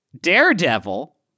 Daredevil